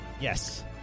Yes